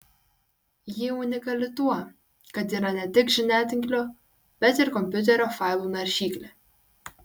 ji unikali tuo kad yra ne tik žiniatinklio bet ir kompiuterio failų naršyklė